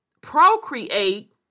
procreate